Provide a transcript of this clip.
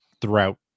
throughout